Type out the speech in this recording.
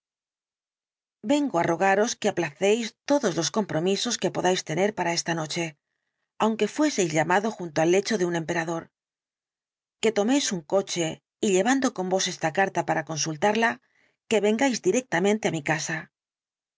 vengo á rogaros que aplacéis todos los compromisos que podáis tener para esta noche aunque fueseis llamado junto al lecho de un emperador que toméis un coche y llevando con vos esta carta para consultarla que vengáis directamente á mi casa